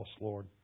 Lord